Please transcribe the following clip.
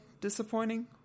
disappointing